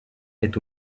est